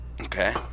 Okay